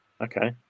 Okay